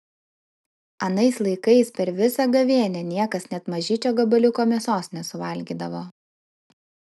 anais laikais per visą gavėnią niekas net mažyčio gabaliuko mėsos nesuvalgydavo